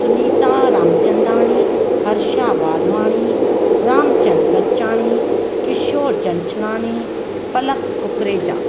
Sunita Ramchandani Harsha Wadhwani Ramchand Bachani Kishorchand Chanchalani Palak Kukreja